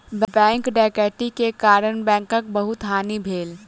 bank डकैती के कारण बैंकक बहुत हानि भेल